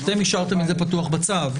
אתם השארתם את זה פתוח בצו.